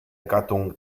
gattung